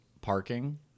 parking